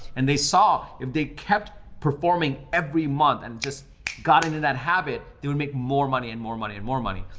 and they saw if they kept performing every month and just got into that habit, they would make more money and more money and more money.